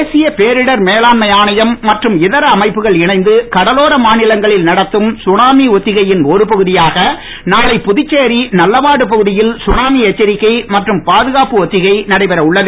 தேசிய பேரிடர் மேலாண்மை ஆணையம் மற்றும் இதர அமைப்புகள் இணைந்து கடலோர மாநிலங்களில் நடத்தும் சுனாமி ஒத்திகையின் ஒரு பகுதியாக நாளை புதுச்சேரி நல்லவாடு பகுதியில் சுனாமி எச்சரிக்கை மற்றும் பாதுகாப்பு ஒத்திகை நடைபெறவுன்னது